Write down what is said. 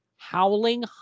Howling